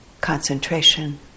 concentration